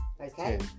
Okay